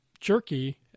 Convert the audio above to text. jerky